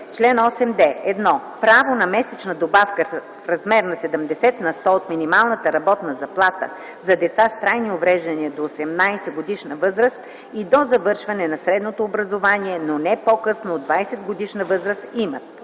„Чл. 8д. (1) Право на месечна добавка в размер 70 на сто от минималната работна заплата за деца с трайни увреждания до 18-годишна възраст и до завършване на средното образование, но не по-късно от 20-годишна възраст, имат: